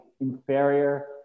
inferior